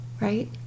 right